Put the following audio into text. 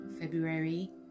February